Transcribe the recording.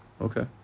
Okay